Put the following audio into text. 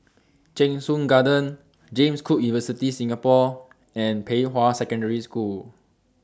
Cheng Soon Garden James Cook University Singapore and Pei Hwa Secondary School